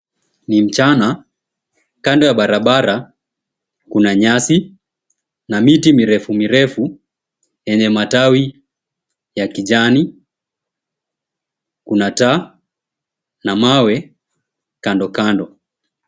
Ni mchana, kando ya barabara kuna nyasi na miti mirefu mirefu yenye matawi ya kijani. Kuna taa na mawe kando kando.